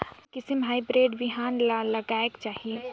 कोन किसम हाईब्रिड बिहान ला लगायेक चाही?